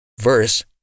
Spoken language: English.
verse